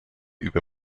über